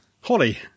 Holly